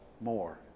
more